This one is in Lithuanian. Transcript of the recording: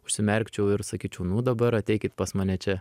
užsimerkčiau ir sakyčiau nu dabar ateikit pas mane čia